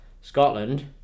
Scotland